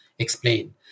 Explain